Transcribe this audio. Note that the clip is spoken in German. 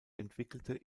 entwickelte